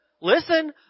listen